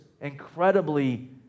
incredibly